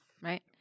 Right